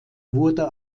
wurde